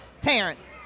Terrence